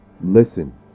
Listen